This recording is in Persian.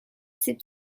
سیب